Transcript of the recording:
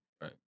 Right